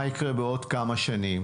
מה יקרה בעוד כמה שנים?